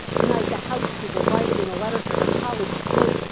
tonight the house speaker writing in a letter to her colleagues, quote,